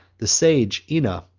the sage ina,